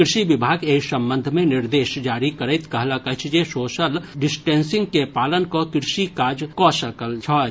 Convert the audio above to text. कृषि विभाग एहि संबंध मे निर्देश जारी करैत कहलक अछि जे लोक सोशल डिस्टेंसिंग के पालन कऽ कृषि काज कऽ सकैत छथि